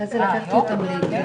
אני אקח את זה בחשבון.